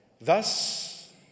thus